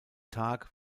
tag